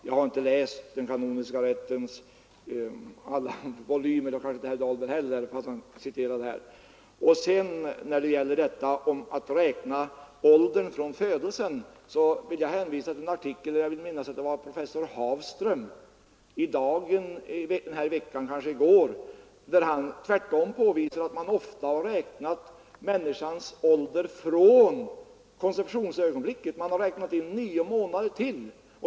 Jag har inte läst den kanoniska rättens alla volymer, och det har kanske inte herr Dahlberg heller, fastän han citerade här. När det sedan gäller att räkna åldern från födelsen vill jag hänvisa till en artikel av professor Hafström i tidningen Dagen, där han tvärtom påvisar att man ofta har räknat människans ålder från konceptionsögonblicket, man har lagt till nio månader.